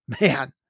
Man